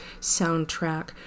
soundtrack